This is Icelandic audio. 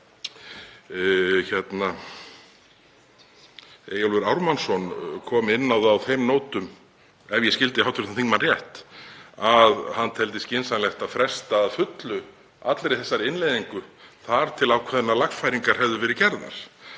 þm. Eyjólfur Ármannsson kom inn á það á þeim nótum, ef ég skildi hv. þingmann rétt, að hann teldi skynsamlegt að fresta að fullu allri þessari innleiðingu þar til ákveðnar lagfæringar hefðu verið gerðar.